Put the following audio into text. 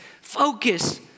focus